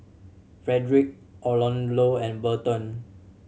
Frederic Arnoldo and Burton